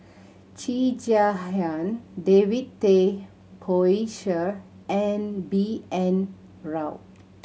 Cheo Chai Hiang David Tay Poey Cher and B N Rao